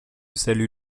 salue